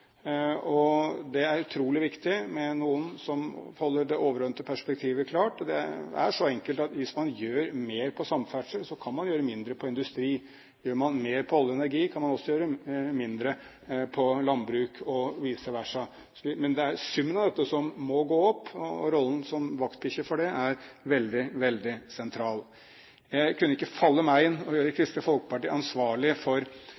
meg. Det er utrolig viktig med noen som holder det overordnede perspektivet klart, og det er så enkelt at hvis man gjør mer på samferdsel, kan man gjøre mindre på industri, gjør man mer på olje og energi, kan man gjøre mindre på landbruk og vice versa. Men summen av dette må gå opp. Rollen som vaktbikkje for det er veldig, veldig sentral. Det kunne ikke falle meg inn å gjøre Kristelig Folkeparti ansvarlig for opposisjonspartienes ulike former for budsjettkutt og